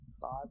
Five